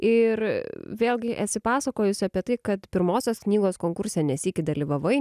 ir vėlgi esi pasakojusi apie tai kad pirmosios knygos konkurse ne sykį dalyvavai